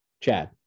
Chad